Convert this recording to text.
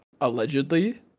allegedly